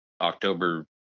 October